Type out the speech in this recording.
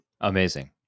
amazing